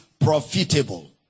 profitable